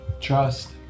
Trust